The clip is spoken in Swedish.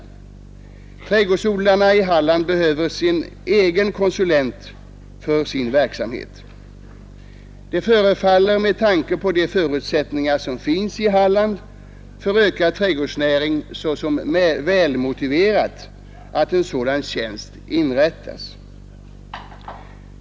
Träd Torsdagen den gårdsodlarna i Halland behöver en egen konsulent för sin verksamhet. Det 6 april 1972 förefaller med tanke på de förutsättningar som finns i Halland för ökad trädgårdsnäring välmotiverat att en sådan tjänst inrättas.